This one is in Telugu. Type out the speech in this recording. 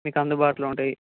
మీకందుబాటులో ఉంటయి